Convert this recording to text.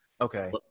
Okay